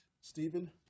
Stephen